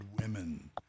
women